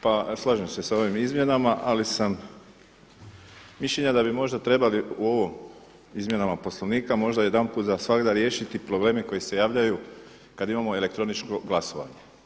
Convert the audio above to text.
Pa slažem se s ovim izmjenama, ali sam mišljenja da bi možda trebali u ovim izmjenama Poslovnika možda jedanput za svagda riješiti probleme koji se javljaju kada imamo elektroničko glasovanje.